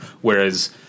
Whereas